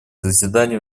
заседаний